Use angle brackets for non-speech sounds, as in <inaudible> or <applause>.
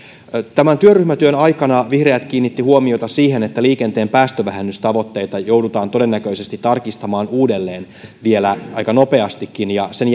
tämän työryhmätyön aikana vihreät kiinnittivät huomiota siihen että liikenteen päästövähennystavoitteita joudutaan todennäköisesti tarkistamaan vielä uudelleen aika nopeastikin sen <unintelligible>